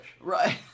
Right